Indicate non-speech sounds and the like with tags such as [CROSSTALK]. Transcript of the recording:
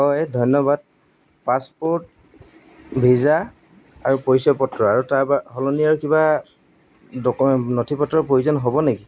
হয় ধন্যবাদ passport visa আৰু পৰিচয় পত্ৰ আৰু তাৰ [UNINTELLIGIBLE] সলনি আৰু কিবা ডকুমেণ্ট নথি পত্ৰৰ প্ৰয়োজন হ'ব নেকি